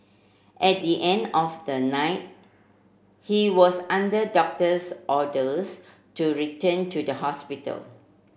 at the end of the night he was under doctor's orders to return to the hospital